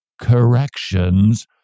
corrections